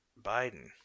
Biden